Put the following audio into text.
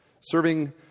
Serving